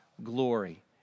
Glory